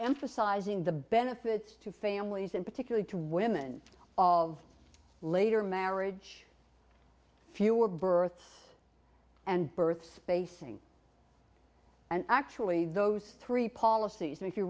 emphasizing the benefits to families and particularly to women of later marriage fewer births and birth spacing and actually those three policies if you